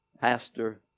pastor